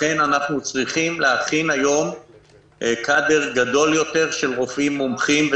לכן אנחנו צריכים להכין היום קאדר גדול יותר של רופאים מומחים,